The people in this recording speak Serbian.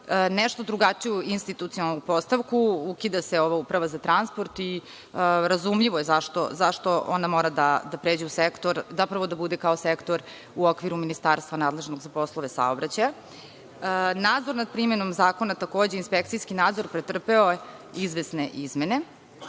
nešto drugačiju institucionalnu postavku, ukida se ova Uprava za transport i razumljivo je zašto ona mora da bude kao sektor u okviru ministarstva nadležnog za poslove saobraćaja. Nadzor nad primenom zakona, takođe inspekcijski nadzor, pretrpeo je izvesne izmene,